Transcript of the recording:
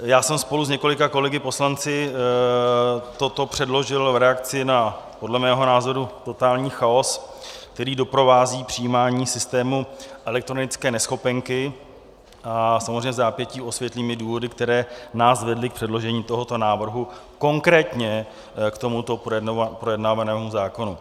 Já jsem spolu s několika kolegy poslanci toto předložil v reakci na podle mého názoru totální chaos, který doprovází přijímání systému elektronické neschopenky, a samozřejmě vzápětí osvětlím i důvody, které nás vedly k předložení tohoto návrhu, konkrétně k tomuto projednávanému zákonu.